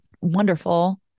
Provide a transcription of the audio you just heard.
wonderful